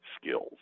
skills